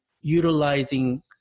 utilizing